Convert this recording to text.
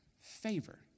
favor